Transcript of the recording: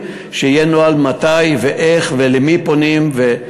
שיהיה נוהל מתי, איך ולמי פונים.